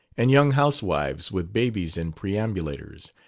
and young housewives with babies in perambulators,